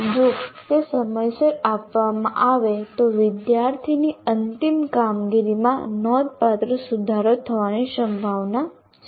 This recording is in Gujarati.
જો તે સમયસર આપવામાં આવે તો વિદ્યાર્થીની અંતિમ કામગીરીમાં નોંધપાત્ર સુધારો થવાની સંભાવના છે